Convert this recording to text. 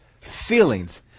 feelings